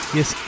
Yes